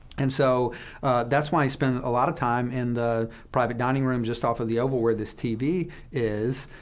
and so that's why he spends a lot of time in the private dining room just off of the oval, where this tv is,